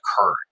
occurred